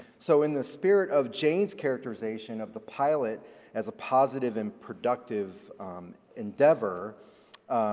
so in the spirit of jane's characterization of the pilot as a positive and productive endeavor,